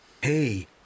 Hey